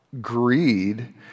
greed